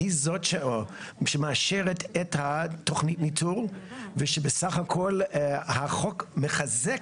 היא זאת שמאשרת את תוכנית הניתור ושבסך הכל החוק מחזק